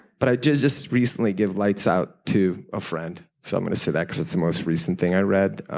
but i just just recently gave lights out to a friend, so i'm going to say that because it's most recent thing i read.